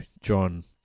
John